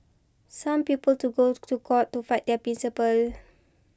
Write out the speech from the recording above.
some people to go to court to fight their principles